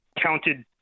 counted